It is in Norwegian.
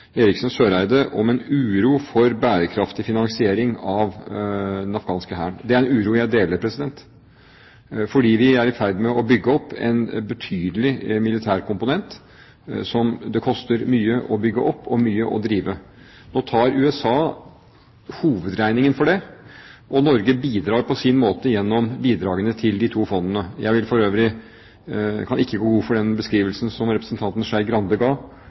Eriksen Søreide om en uro for bærekraftig finansiering av den afghanske hæren. Det er en uro jeg deler, fordi man er i ferd med å bygge opp en betydelig militær komponent, som det koster mye å bygge opp og mye å drive. Nå tar USA hovedregningen for det. Norge bidrar på sin måte gjennom bidragene til de to fondene. Jeg kan for øvrig ikke gå god for den beskrivelsen som representanten Skei Grande ga.